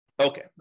Okay